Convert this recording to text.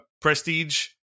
prestige